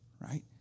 right